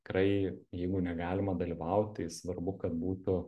tikrai jeigu negalima dalyvaut tai svarbu kad būtų